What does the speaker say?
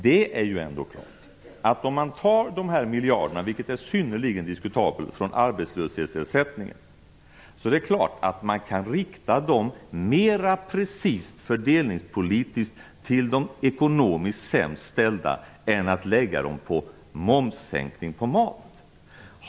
Det är ju ändå klart att man, om de här miljarderna tas från arbetslöshetsersättningen, vilket är synnerligen diskutabelt, fördelningspolitiskt mera precist kan rikta dem till de ekonomiskt sämst ställda än om de läggs på en sänkning av momsen på mat.